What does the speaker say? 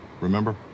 Remember